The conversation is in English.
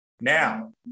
Now